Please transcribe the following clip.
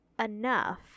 enough